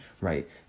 right